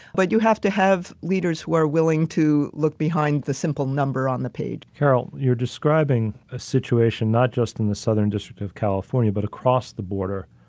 but you have to have leaders who are willing to look behind the simple number on the page. carol, you're describing a situation not just in the southern district of california, but across the border,